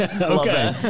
Okay